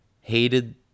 hated